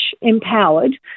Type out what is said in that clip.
empowered